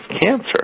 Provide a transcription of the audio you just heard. cancer